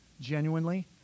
genuinely